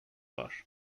var